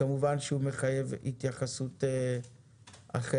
כמובן הוא מחייב התייחסות אחרת.